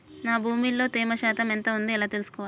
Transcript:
నా భూమి లో తేమ శాతం ఎంత ఉంది ఎలా తెలుసుకోవాలే?